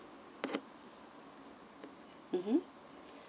mmhmm